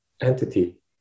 entity